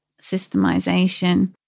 systemization